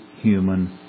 human